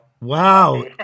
Wow